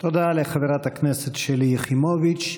תודה לחברת הכנסת שלי יחימוביץ.